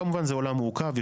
כמובן זה עולם מורכב,